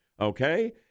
okay